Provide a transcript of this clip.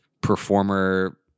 performer